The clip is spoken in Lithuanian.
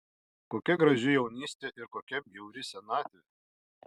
kokia graži jaunystė ir kokia bjauri senatvė